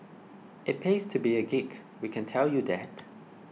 it pays to be a geek we can tell you that